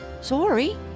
Sorry